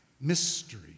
mystery